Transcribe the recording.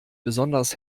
besonders